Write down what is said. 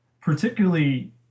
particularly –